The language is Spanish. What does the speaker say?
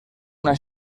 una